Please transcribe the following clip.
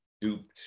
duped